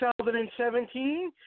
2017